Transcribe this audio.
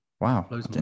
Wow